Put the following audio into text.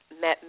met